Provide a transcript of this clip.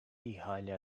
ihale